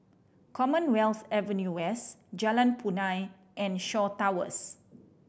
Commonwealth Avenue West Jalan Punai and Shaw Towers